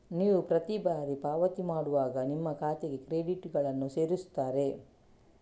ನೀವು ಪ್ರತಿ ಬಾರಿ ಪಾವತಿ ಮಾಡುವಾಗ ನಿಮ್ಮ ಖಾತೆಗೆ ಕ್ರೆಡಿಟುಗಳನ್ನ ಸೇರಿಸ್ತಾರೆ